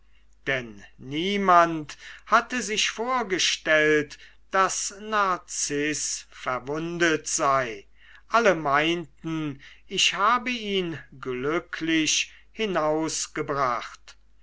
denn niemand hatte sich vorgestellt daß narziß verwundet sei alle meinten ich habe ihn glücklich